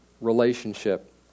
relationship